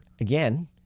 again